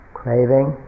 craving